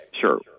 sure